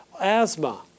asthma